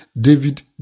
David